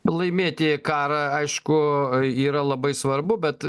pralaimėti karą aišku yra labai svarbu bet